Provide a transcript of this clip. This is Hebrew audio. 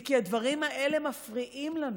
זה כי הדברים האלה מפריעים לנו,